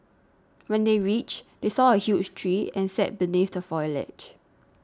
when they reached they saw a huge tree and sat beneath the foliage